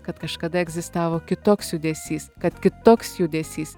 kad kažkada egzistavo kitoks judesys kad kitoks judesys